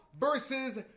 versus